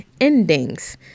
endings